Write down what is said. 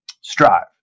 strive